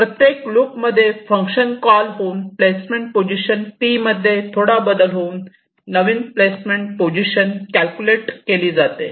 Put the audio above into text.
प्रत्येक लूप मध्ये function call होऊन प्लेसमेंट पोझिशन P मध्ये थोडा बदल होऊन नवीन प्लेसमेंट पोझिशन कॅल्क्युलेट केली जाते